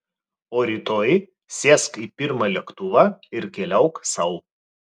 o rytoj sėsk į pirmą lėktuvą ir keliauk sau